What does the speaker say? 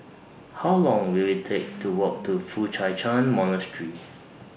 How Long Will IT Take to Walk to Foo Chai Ch'An Monastery